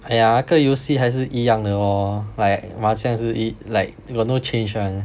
哎呀哪个游戏还是一样的 lor like 麻将是一 like they got no change [one]